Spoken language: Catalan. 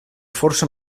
força